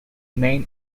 main